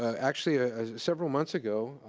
ah actually, ah several months ago,